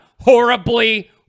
horribly